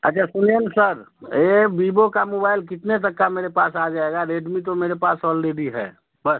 अच्छा सुनिए सर ये वीवो का मोबाइल कितने तक का मेरे पास आ जाएगा रेडमी तो मेरे पास ऑलरेडी है बस